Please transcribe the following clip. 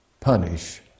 punish